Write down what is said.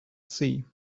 sea